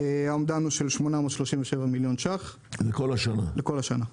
האומדן הוא של 837 מיליון שקלים לכל השנה.